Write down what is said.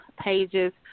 pages